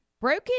Broken